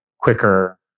quicker